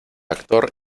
actor